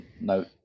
no